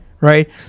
right